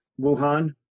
Wuhan